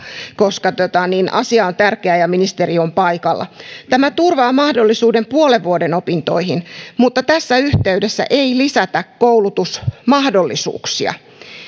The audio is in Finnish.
koska asia on tärkeä ja ministeri on paikalla tämä turvaa mahdollisuuden puolen vuoden opintoihin mutta tässä yhteydessä ei lisätä koulutusmahdollisuuksia